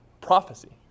prophecy